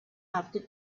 after